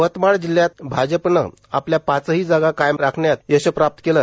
यवतमाळ जिल्हयात भाजपनं आपल्या पाचही जागा कायम राखण्यात यष प्राप्त केलं